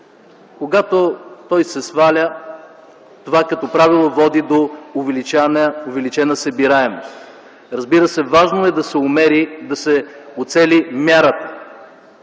Когато той се сваля – това като правило води до увеличена събираемост. Разбира се, важно е да се уцели мярата.